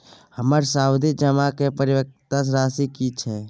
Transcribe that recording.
हमर सावधि जमा के परिपक्वता राशि की छै?